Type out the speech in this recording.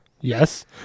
Yes